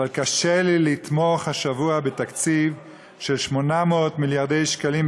אבל קשה לי לתמוך השבוע בתקציב של 800 מיליארדי שקלים,